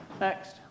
Next